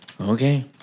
okay